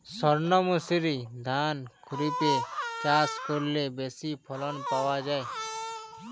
সর্ণমাসুরি ধান খরিপে চাষ করলে বেশি ফলন পাওয়া যায়?